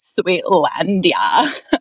sweetlandia